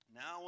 Now